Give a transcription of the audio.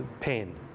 pain